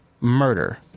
murder –